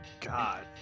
god